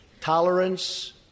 Tolerance